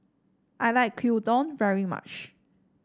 I like Gyudon very much